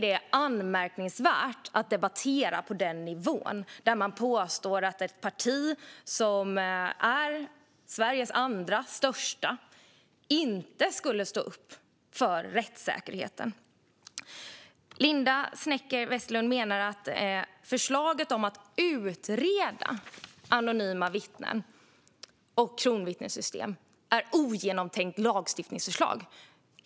Det är anmärkningsvärt att debattera på en nivå där man påstår att Sveriges andra största parti inte står upp för rättssäkerheten. Linda Westerlund Snecker menar att förslaget om att utreda anonyma vittnen och kronvittnessystem är ett ogenomtänkt lagstiftningsförslag.